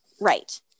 Right